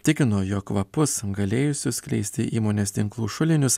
tikino jog kvapus galėjusius skleisti įmonės tinklų šulinius